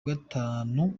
gatanu